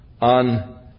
on